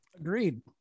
Agreed